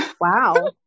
wow